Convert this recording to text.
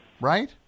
right